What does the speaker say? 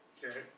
Okay